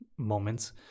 moments